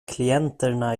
klienterna